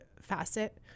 facet